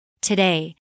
Today